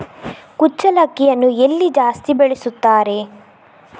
ಕುಚ್ಚಲಕ್ಕಿಯನ್ನು ಎಲ್ಲಿ ಜಾಸ್ತಿ ಬೆಳೆಸುತ್ತಾರೆ?